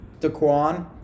Daquan